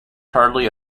hardly